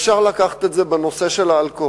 אפשר לקחת את זה בנושא של האלכוהול,